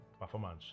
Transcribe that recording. performance